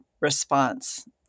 response